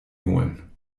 holen